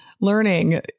learning